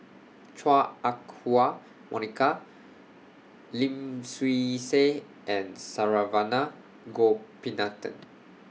Chua Ah Huwa Monica Lim Swee Say and Saravanan Gopinathan